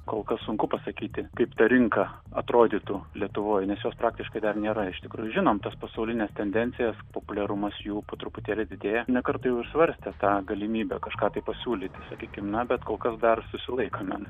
kol kas sunku pasakyti kaip ta rinka atrodytų lietuvoj nes jos praktiškai ten nėra iš tikrųjų žinom tas pasaulines tendencijas populiarumas jų po truputėlį didėja ne kartą jau ir svarstė tą galimybę kažką tai pasiūlyti sakykim na bet kol kas dar susilaikome